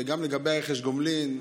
וגם לגבי רכש גומלין.